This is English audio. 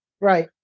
Right